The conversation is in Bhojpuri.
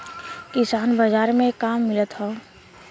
किसान बाजार मे का मिलत हव?